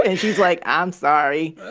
and she's like, i'm sorry,